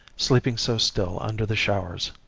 sleeping so still under the showers.